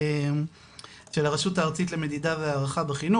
של הרשות הארצית למדידה והערכה בחינוך,